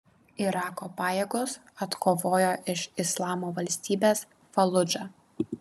irako pajėgos atkovojo iš islamo valstybės faludžą